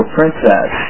Princess